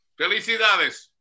Felicidades